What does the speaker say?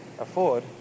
afford